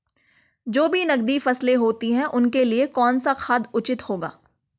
जो भी नकदी फसलें होती हैं उनके लिए कौन सा खाद उचित होगा?